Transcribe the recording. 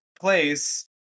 place